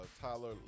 Tyler